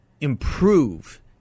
improve